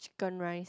Chicken Rice